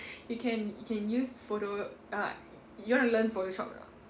you can you can use photo ah you want to learn photoshop or not